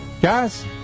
Guys